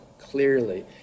clearly